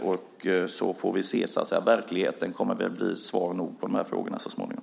Sedan får vi se. Verkligheten kommer väl att bli svar nog så småningom.